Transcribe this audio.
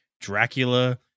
Dracula